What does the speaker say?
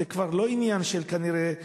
זה כבר לא עניין של חודש-חודשיים,